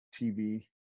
TV